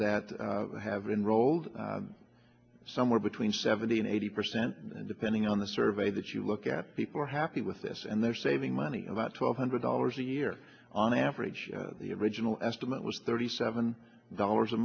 that have enrolled somewhere between seventy and eighty percent depending on the survey that you look at people are happy with this and they're saving money about twelve hundred dollars a year on average the average will estimate was thirty seven dollars a